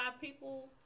people